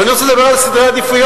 אבל אני רוצה לדבר על סדרי עדיפויות.